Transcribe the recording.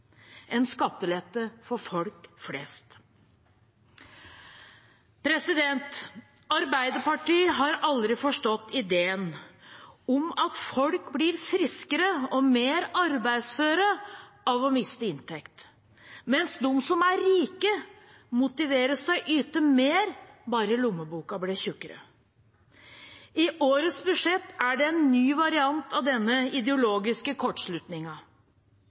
en skattelette for folk flest. Arbeiderpartiet har aldri forstått ideen om at folk blir friskere og mer arbeidsføre av å miste inntekt, mens de som er rike, motiveres til å yte mer bare lommeboka blir tykkere. I årets budsjett er det en ny variant av denne ideologiske